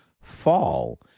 fall